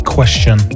Question